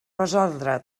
resoldre